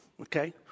okay